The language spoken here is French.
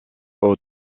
aux